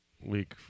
week